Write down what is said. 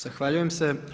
Zahvaljujem se.